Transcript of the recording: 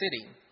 city